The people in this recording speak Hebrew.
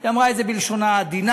היא אמרה את זה בלשונה העדינה,